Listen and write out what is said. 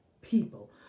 people